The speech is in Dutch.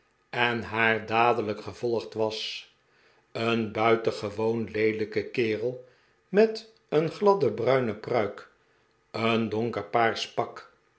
en haar dadelijk gevolgd was een buitengewoon leelijke kerel met een gladde bruine pruik een donkerpaars pak